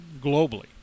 globally